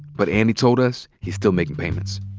but andy told us he's still making payments.